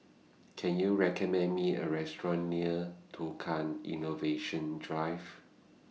Can YOU recommend Me A Restaurant near Tukang Innovation Drive